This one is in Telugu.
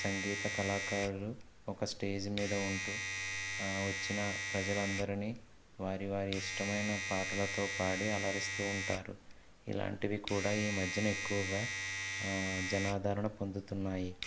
సంగీత కళాకారులు ఒక స్టేజ్ మీద ఉంటూ వచ్చిన ప్రజలందరినీ వారి వారి ఇష్టమైన పాటలతో పాడి అలరిస్తూ ఉంటారు ఇలాంటివి కూడా ఈ మధ్యన ఎక్కువగా జనాదరణ పొందుతున్నాయి